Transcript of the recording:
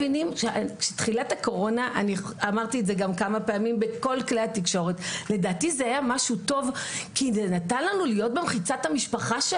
בתחילת הקורונה קרה לנו משהו טוב כי היתה לנו אפשרות להיות עם המשפחה.